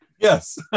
Yes